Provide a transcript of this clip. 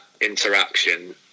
interaction